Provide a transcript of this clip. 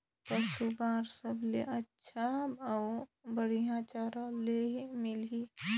पशु बार सबले अच्छा अउ बढ़िया चारा ले मिलही?